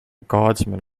guardsmen